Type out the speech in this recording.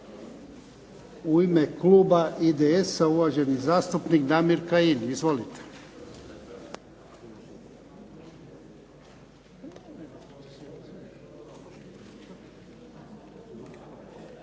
U ime kluba IDS-a uvaženi zastupnik Damir Kajin. Izvolite.